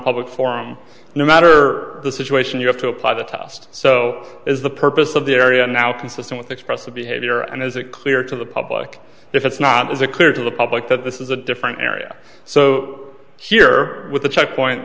nonpublic forum no matter the situation you have to apply the test so is the purpose of the area now consistent with expressive behavior and is it clear to the public if it's not is a clear to the public that this is a different area so here with the checkpoint